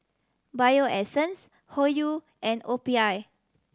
Bio Essence Hoyu and O P I